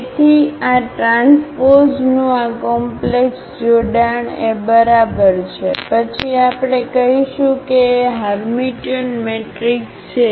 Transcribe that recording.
તેથી આ ટ્રાન્સપોઝનું આ કોમ્પ્લેક્સ જોડાણ એ બરાબર છે પછી આપણે કહીશું કે એ હર્મિટિયન મેટ્રિક્સ છે